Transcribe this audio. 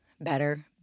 better